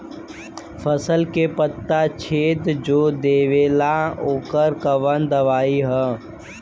फसल के पत्ता छेद जो देवेला ओकर कवन दवाई ह?